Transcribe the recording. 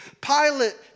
Pilate